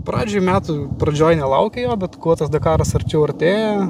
pradžioj metų pradžioj nelauki jo bet kuo tas dakaras arčiau artėja